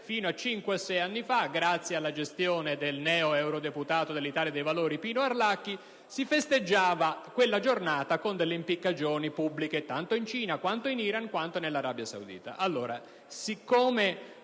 cinque o sei anni fa, grazie alla gestione del neo eurodeputato dell'Italia dei Valori Pino Arlacchi, si festeggiava con impiccagioni pubbliche tanto in Cina, quanto in Iran, quanto in Arabia Saudita. Siccome